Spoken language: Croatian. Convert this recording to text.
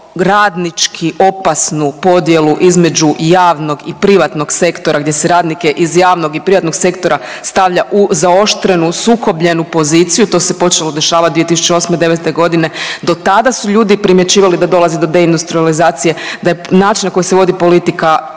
radnički opasnu podjelu između javnog i privatnog sektora gdje se radnike iz javnog i privatnog sektora stavlja u zaoštrenu, sukobljenu poziciju. To se počelo dešavati 2008., devete godine. Do sada su ljudi primjećivali da dolazi do deindustrijalizacije, da je način na koji se vodi politika